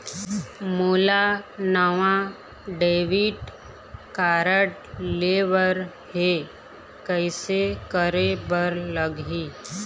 मोला नावा debit card लेबर हे, कइसे करे बर लगही?